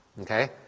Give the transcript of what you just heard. Okay